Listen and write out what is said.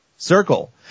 Circle